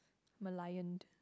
Merlioned